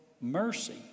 mercy